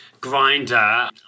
grinder